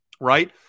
right